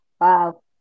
Wow